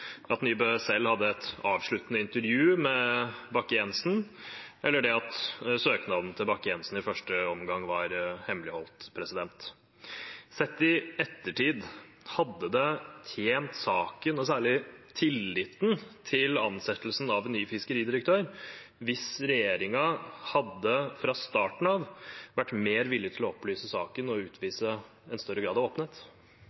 at Nybø selv hadde et avsluttende intervju med Bakke-Jensen, eller det at søknaden til Bakke-Jensen i første omgang var hemmeligholdt. Sett i ettertid, hadde det tjent saken og særlig tilliten til ansettelsen av en ny fiskeridirektør hvis regjeringen fra starten av hadde vært mer villig til å opplyse saken og